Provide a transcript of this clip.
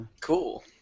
cool